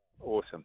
awesome